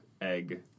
egg